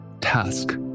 task